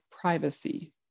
privacy